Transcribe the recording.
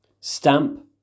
Stamp